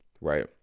Right